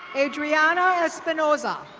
adriana espanoza.